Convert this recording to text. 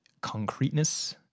concreteness